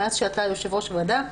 מאז שאתה יושב-ראש הוועדה,